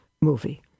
movie